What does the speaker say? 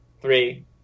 three